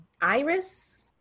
Iris